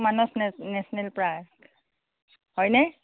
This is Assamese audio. মানস নে নেচনেল পাৰ্ক হয়নে